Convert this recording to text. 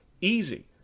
Easy